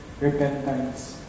repentance